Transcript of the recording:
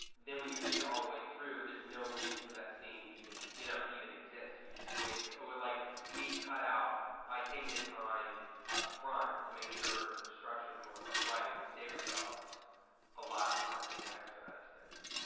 then when you read it all the way through, there's no reason for that scene to even you know even exist. so you just wasted like we cut out, by taking the time upfront to make sure the structure is more or less right, we save ourselves a lot of time. and it expedites things.